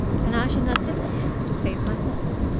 and i shall not lift a hand to save myself